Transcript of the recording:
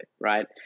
right